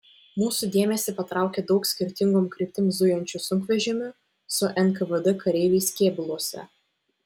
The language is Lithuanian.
mūsų dėmesį patraukė daug skirtingom kryptim zujančių sunkvežimių su nkvd kareiviais kėbuluose